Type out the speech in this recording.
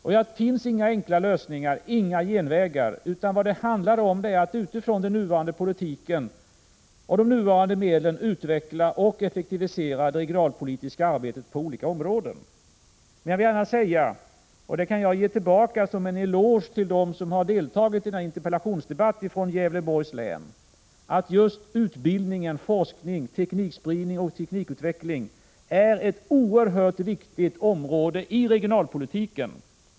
Det finns inga enkla lösningar, inga genvägar, utan vad det handlar om är att utifrån den nuvarande politiken och de nuvarande medlen effektivisera det regionalpolitiska arbetet på olika områden. Men jag vill gärna framhålla, och detta kan vara en eloge till de företrädare för Gävleborgs län som har deltagit i denna interpellationsdebatt, att just utbildningen — forskning, teknikspridning och teknikutveckling — är ett oerhört viktigt område inom regionalpolitiken.